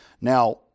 Now